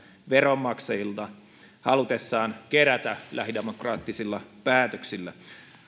veronmaksajilta halutessaan kerätä omilla lähidemokraattisilla päätöksillään